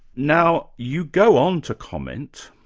now you go on to comment,